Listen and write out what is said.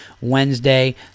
Wednesday